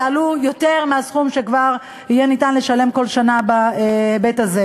יעלו יותר מהסכום שכבר יהיה אפשר לשלם כל שנה בהיבט הזה.